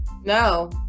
no